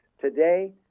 Today